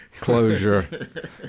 closure